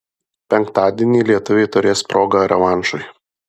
penktadienį lietuviai turės progą revanšui